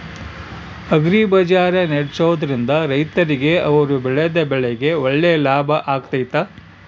Agri bazaar ನಡೆಸ್ದೊರಿಂದ ರೈತರಿಗೆ ಅವರು ಬೆಳೆದ ಬೆಳೆಗೆ ಒಳ್ಳೆ ಲಾಭ ಆಗ್ತೈತಾ?